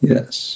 Yes